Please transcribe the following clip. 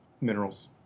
Minerals